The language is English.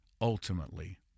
ultimately